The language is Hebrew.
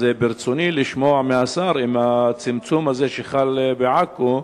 אז ברצוני לשמוע מהשר לגבי הצמצום הזה שחל בעכו,